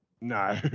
No